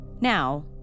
Now